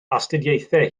astudiaethau